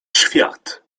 świat